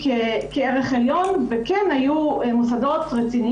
האזרחים הערביים בישראל בהתקדמות ובהנגשה של מוסדות ההשכלה